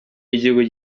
y’igihugu